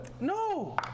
No